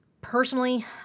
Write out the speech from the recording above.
personally